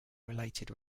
related